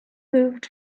moved